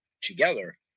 together